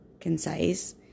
concise